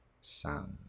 sound